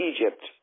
Egypt